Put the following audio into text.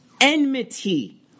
Enmity